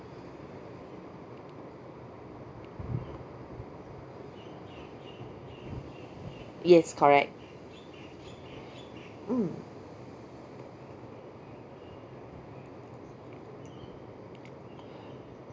yes correct mm